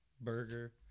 burger